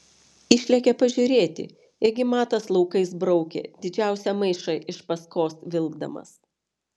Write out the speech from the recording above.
išlėkė pažiūrėti ėgi matas laukais braukė didžiausią maišą iš paskos vilkdamas